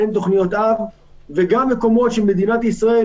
אין תוכניות וגם מקומות שמדינת ישראל